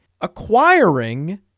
acquiring